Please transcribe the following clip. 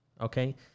okay